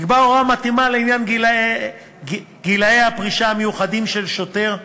נקבעה הוראה מתאימה לעניין גילי הפרישה המיוחדים של שוטר,